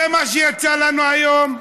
זה מה שיצא לנו היום.